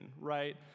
right